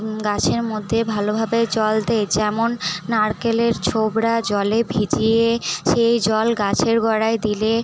গাছের মধ্যে ভালোভাবে জল দেয় যেমন নারকেলের ছোবড়া জলে ভিজিয়ে সেই জল গাছের গোড়ায় দিলে